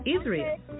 Israel